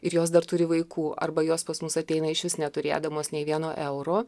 ir jos dar turi vaikų arba jos pas mus ateina išvis neturėdamos nei vieno euro